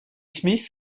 smith